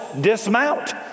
dismount